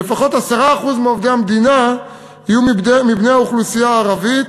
לפחות 10% מעובדי המדינה יהיו מבני האוכלוסייה הערבית,